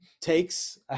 takes